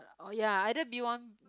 oh ya either B-one